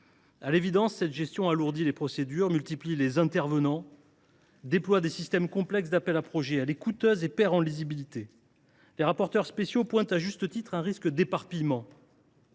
À l’évidence, cette gestion alourdit les procédures, multiplie les intervenants et implique des systèmes complexes d’appels à projets. Elle est coûteuse et manque de lisibilité. MM. les rapporteurs spéciaux pointent à juste titre un risque d’éparpillement.